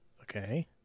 Okay